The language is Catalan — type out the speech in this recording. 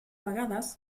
vegades